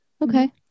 Okay